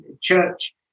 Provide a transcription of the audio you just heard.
Church